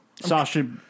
Sasha